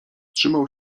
trzymał